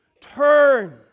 Turn